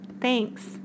Thanks